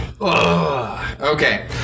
Okay